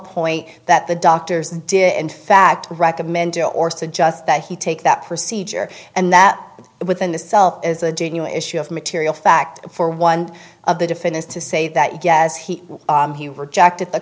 point that the doctors did in fact recommended or suggest that he take that procedure and that within the cell as a genuine issue of material fact for one of the defendants to say that yes he he rejected the